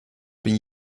been